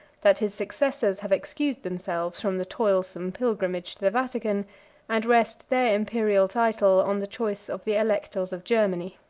that his successors have excused themselves from the toilsome pilgrimage to the vatican and rest their imperial title on the choice of the electors of germany.